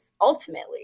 Ultimately